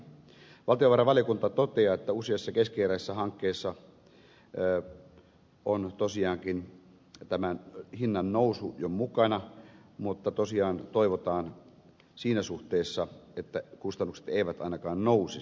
valtiovarainvaliokunta toteaa että useassa keskeneräisessä hankkeessa on tosiaankin hinnannousu jo mukana mutta tosiaan toivotaan siinä suhteessa että kustannukset eivät ainakaan nousisi